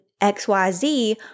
XYZ